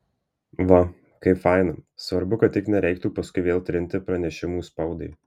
va kaip faina svarbu kad tik nereiktų paskui vėl trinti pranešimų spaudai